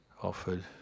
offered